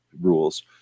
rules